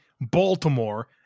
Baltimore